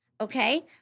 okay